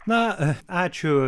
na ačiū